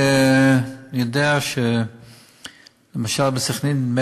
אני יודע שלמשל בסח'נין,